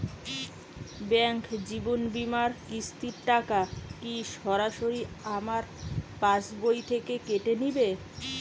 Bank জীবন বিমার কিস্তির টাকা কি সরাসরি আমার পাশ বই থেকে কেটে নিবে?